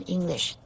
English